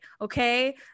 okay